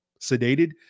sedated